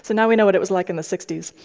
so now we know what it was like in the sixty s.